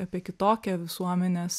apie kitokią visuomenės